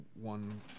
one